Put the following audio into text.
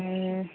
ए